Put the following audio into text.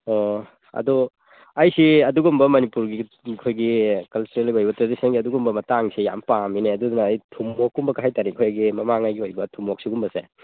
ꯑꯣ ꯑꯗꯨ ꯑꯩꯁꯤ ꯑꯗꯨꯒꯨꯝꯕ ꯃꯅꯤꯄꯨꯔꯒꯤ ꯑꯩꯈꯣꯏꯒꯤ ꯀꯜꯆꯔꯦꯜꯒꯤ ꯑꯣꯏꯕ ꯇ꯭ꯔꯦꯗꯤꯁꯟꯅꯦꯜꯒꯤ ꯑꯗꯨꯒꯨꯝꯕ ꯃꯇꯥꯡꯁꯦ ꯌꯥꯝ ꯄꯥꯝꯃꯤꯅꯦ ꯑꯗꯨꯅ ꯑꯩ ꯊꯨꯝꯃꯣꯛ ꯀꯨꯝꯕ ꯍꯥꯏꯇꯔꯦ ꯑꯩꯈꯣꯏꯒꯤ ꯃꯃꯥꯡꯉꯩꯒꯤ ꯑꯣꯏꯕ ꯊꯨꯝꯃꯣꯛ ꯁꯤꯒꯨꯝꯕꯁꯦ